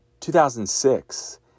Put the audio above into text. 2006